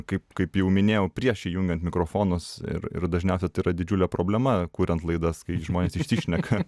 kaip kaip jau minėjau prieš įjungiant mikrofonus ir ir dažniausiai tai yra didžiulė problema kuriant laidas kai žmonės išsišneka